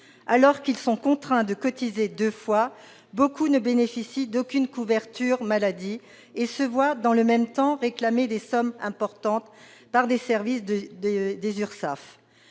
Alors qu'ils sont contraints de cotiser deux fois, beaucoup ne bénéficient d'aucune couverture maladie et se voient, dans le même temps, réclamer des sommes importantes par les services des URSSAF.